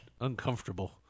uncomfortable